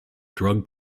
drug